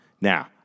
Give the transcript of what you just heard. Now